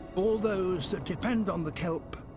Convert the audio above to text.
all those that depend on the kelp